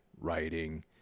writing